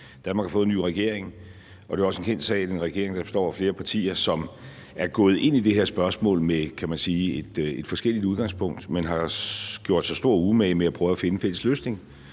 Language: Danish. Danmark har fået en ny regering, og det er jo også en kendt sag, at det er en regering, der består af flere partier, som er gået ind i det her spørgsmål med, kan man sige, et forskelligt udgangspunkt, men har gjort sig stor umage med at prøve at finde en fælles løsning